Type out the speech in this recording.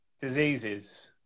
diseases